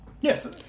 Yes